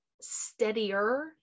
steadier